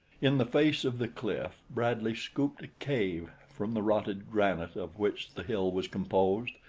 in the face of the cliff, bradley scooped a cave from the rotted granite of which the hill was composed,